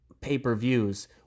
pay-per-views